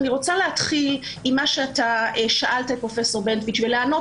אני רוצה להתחיל עם מה ששאלת את פרופ' בנטואיץ ולענות